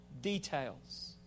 details